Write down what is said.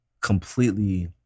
completely